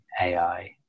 ai